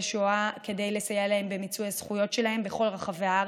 שואה כדי לסייע להם במיצוי הזכויות שלהם בכל רחבי הארץ.